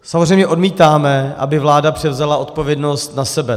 Samozřejmě odmítáme, aby vláda převzala odpovědnost na sebe.